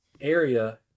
area